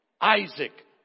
Isaac